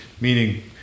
meaning